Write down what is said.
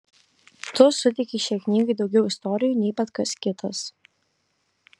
tu suteikei šiai knygai daugiau istorijų nei bet kas kitas